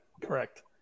Correct